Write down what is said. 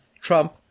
Trump